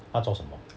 他做什么